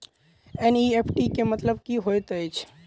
NEFT केँ मतलब की होइत अछि?